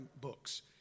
books